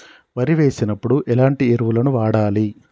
వరి వేసినప్పుడు ఎలాంటి ఎరువులను వాడాలి?